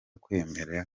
kwemerera